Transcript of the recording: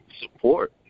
support